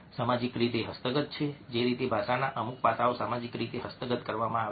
સામાજિક રીતે હસ્તગત જે રીતે ભાષાના અમુક પાસાઓ સામાજિક રીતે હસ્તગત કરવામાં આવે છે